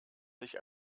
sich